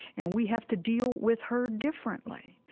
and we have to deal with her differently.